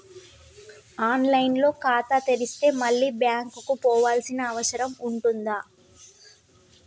On line లో ఖాతా తెరిస్తే మళ్ళీ బ్యాంకుకు పోవాల్సిన అవసరం ఉంటుందా?